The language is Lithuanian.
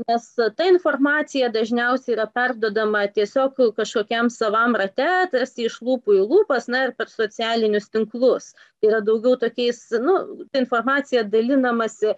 nes ta informacija dažniausiai yra perduodama tiesiog kažkokiam savam rate tarsi iš lūpų į lūpas na ir per socialinius tinklus tai yra daugiau tokiais nu ta informacija dalinamasi